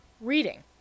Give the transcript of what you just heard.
reading